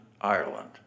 Ireland